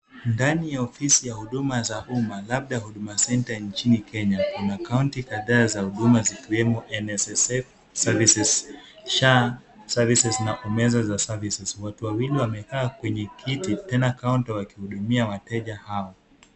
Ndani ya ofisi ya huduma za umma, labda Huduma centre nchini Kenya, kuna kaunti kadha za huduma zikiwemo NSSF services , SHA services na umeza services . Watu wawili wamekaa kwenye kiti tena kaunta wakihudumia wateja hao.